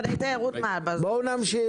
בואו נמשיך.